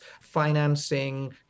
financing